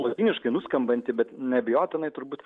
lotyniškai nuskambantį bet neabejotinai turbūt